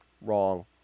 Wrong